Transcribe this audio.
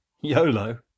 YOLO